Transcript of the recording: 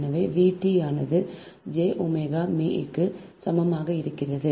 எனவே V T ஆனது j omega m க்கு சமமாக இருக்கிறது